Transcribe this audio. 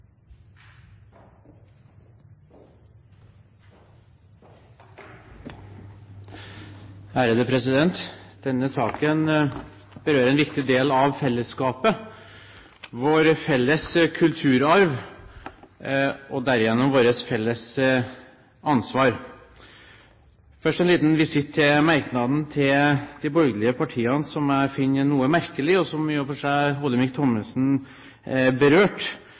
Denne saken berører en viktig del av fellesskapet, vår felles kulturarv, og derigjennom vårt felles ansvar. Først en liten visitt til merknaden til de borgerlige partiene som jeg finner noe merkelig, og som i og for seg Olemic Thommessen